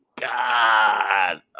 God